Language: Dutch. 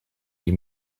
die